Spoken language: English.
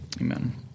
Amen